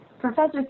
Professor